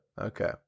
Okay